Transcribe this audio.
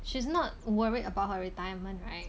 she's not worried about her retirement right